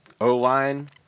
O-line